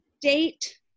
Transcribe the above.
date